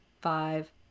five